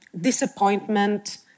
disappointment